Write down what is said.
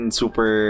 super